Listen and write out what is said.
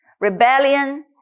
Rebellion